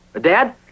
Dad